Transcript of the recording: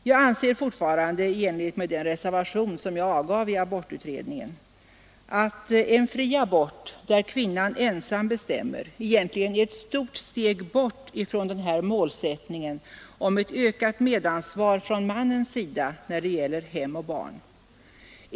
Jag anser fortfarande i enlighet med den reservation som jag avgav i abortutredningen att en fri abort, där kvinnan ensam bestämmer, egentligen är ett stort steg bort från målsättningen om ett ökat medansvar från mannens sida när det gäller hem och barn.